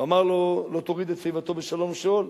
הוא אמר לו: לא תוריד את שיבתו בשלום שאול.